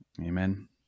Amen